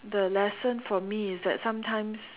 the lesson for me is that sometimes